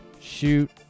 shoot